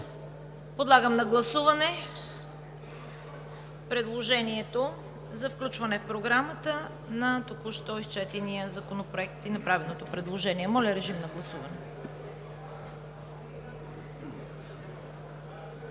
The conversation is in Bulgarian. Подлагам на гласуване предложението за включване в Програмата на току-що изчетения законопроект и направеното предложение. Гласували